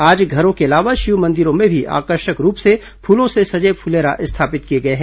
आज घरों के अलावा शिव मंदिरों में भी आकर्षक रूप से फूलों से सजे फुलेरा स्थापित किए गए हैं